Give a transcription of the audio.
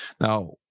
Now